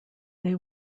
they